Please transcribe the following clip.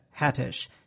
Hattish